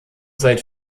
seit